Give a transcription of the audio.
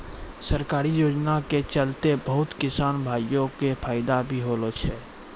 सरकारी योजना के चलतैं बहुत किसान भाय कॅ फायदा भी होलो छै